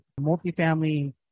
multifamily